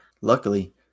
Luckily